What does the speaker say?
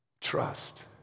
Trust